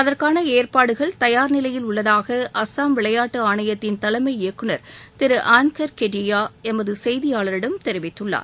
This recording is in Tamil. அதற்கான ஏற்பாடுகள் தயார் நிலையில் உள்ளதாக அஸ்ஸாம் விளையாட்டு ஆணையத்தின் தலைமை இயக்குநர் திரு ஆன்கார் கெடயா எமது செய்தியாளரிடம் தெரிவித்துள்ளார்